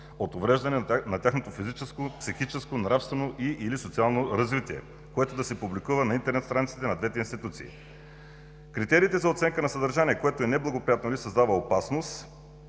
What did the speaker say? от увреждане на тяхното физическо, психическо, нравствено и/или социално развитие, което да се публикува на интернет страниците на двете институции. Критериите за оценка на съдържанието, което е неблагоприятно или създава опасност